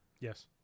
Yes